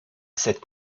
cette